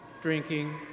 drinking